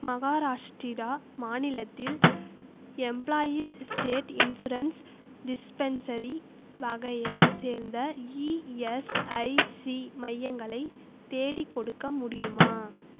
மகாராஷ்டிரா மாநிலத்தில் employees state insurance dispensary வகையைச் சேர்ந்த இஎஸ்ஐசி மையங்களை தேடிக்கொடுக்க முடியுமா